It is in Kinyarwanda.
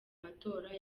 matora